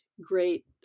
great